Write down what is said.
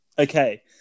Okay